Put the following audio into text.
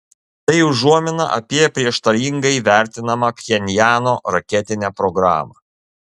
tai užuomina apie prieštaringai vertinamą pchenjano raketinę programą